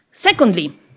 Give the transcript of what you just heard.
Secondly